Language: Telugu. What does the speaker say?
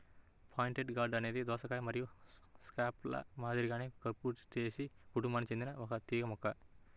పాయింటెడ్ గార్డ్ అనేది దోసకాయ మరియు స్క్వాష్ల మాదిరిగానే కుకుర్బిటేసి కుటుంబానికి చెందిన ఒక తీగ మొక్క